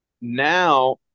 Now